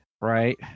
Right